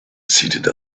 seated